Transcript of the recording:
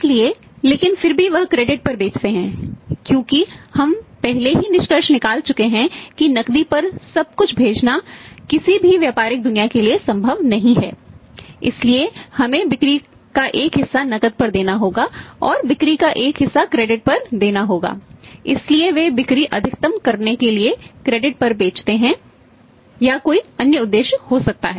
इसलिए लेकिन फिर भी वह क्रेडिट पर बेचते हैं या कोई अन्य उद्देश्य हो सकता है